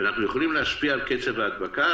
אנחנו יכולים להשפיע על קצב ההדבקה,